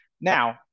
Now